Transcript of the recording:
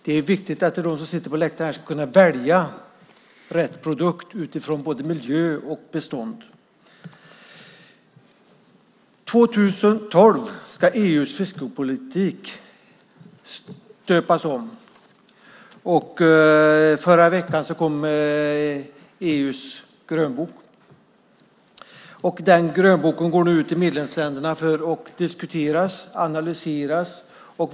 Det är viktigt att de som sitter på läktaren här ska kunna välja rätt produkt utifrån både miljö och bestånd. År 2012 ska EU:s fiskepolitik stöpas om. Förra veckan kom EU:s grönbok. Den grönboken går nu ut till medlemsländerna för att diskuteras och analyseras.